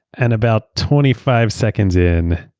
and about twenty five seconds in,